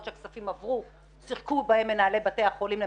שהכספים עברו אבל מנהלי בתי החולים שיחקו בהם והעבירו